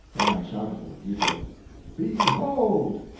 then i shouted to the people behold,